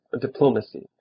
diplomacy